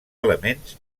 elements